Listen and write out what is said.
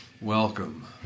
Welcome